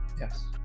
yes